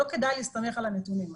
לא כדאי להסתמך על הנתונים האלה.